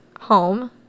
home